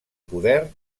poder